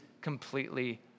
completely